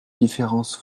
différence